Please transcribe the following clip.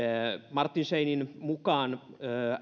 martin scheinin